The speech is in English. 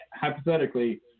hypothetically